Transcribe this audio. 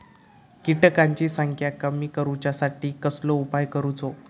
किटकांची संख्या कमी करुच्यासाठी कसलो उपाय करूचो?